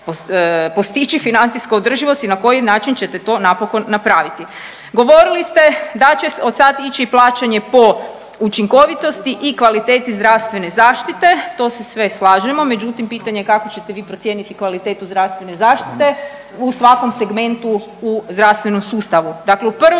financijska održivost i na koji način ćete to napokon napraviti. Govorili ste da će odsad ići plaćanje po učinkovitosti i kvaliteti zdravstvene zaštite, to se sve slažemo, međutim pitanje je kako ćete vi procijeniti kvalitetu zdravstvene zaštite u svakom segmentu u zdravstvenom sustavu. Dakle, u prvom